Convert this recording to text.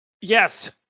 Yes